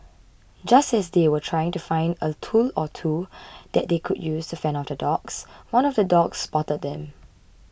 just as they were trying to find a tool or two that they could use to fend off the dogs one of the dogs spotted them